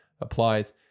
applies